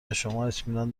اطمینان